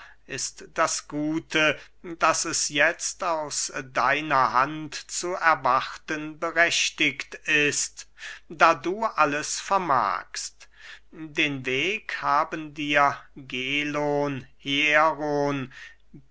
ist das gute das es jetzt aus deiner hand zu erwarten berechtigt ist da du alles vermagst den weg haben dir gelon hieron